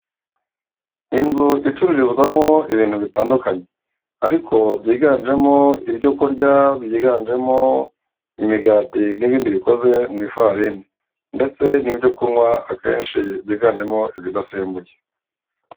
Inzu icururizwamo ibintu bitandukanye ariko byiganjemo ibyo kurya byiganjemo imigati n'ibindi bikoze mu ifarini ndetse n'ibyo kunywa akenshi byiganjemo ibidasembuye.